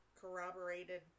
corroborated